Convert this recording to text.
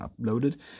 uploaded